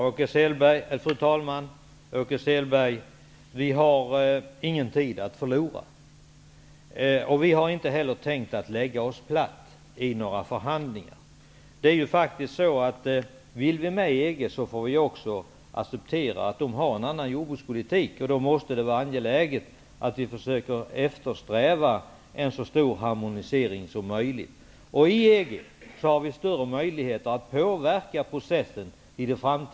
Fru talman! Vi har, Åke Selberg, ingen tid att förlora. Vi har inte heller tänkt att lägga oss platt i några förhandlingar. Om vi vill gå med i EG, får vi också acceptera att man där har en annan jordbrukspolitik. Då måste det vara angeläget att vi försöker eftersträva en så stor harmonisering som möjligt. I EG har vi stora möjligheter att påverka processen i det framtida EG.